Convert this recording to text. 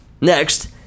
Next